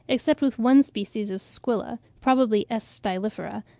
except with one species of squilla, probably s. stylifera,